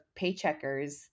paycheckers